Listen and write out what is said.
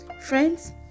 Friends